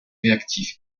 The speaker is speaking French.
réactif